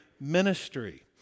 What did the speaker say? ministry